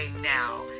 now